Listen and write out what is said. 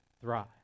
thrive